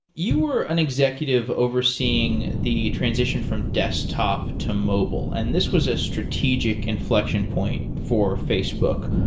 you were an executive overseeing the transition from desktop to mobile. and this was a strategic inflection point for facebook.